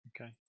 Okay